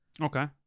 okay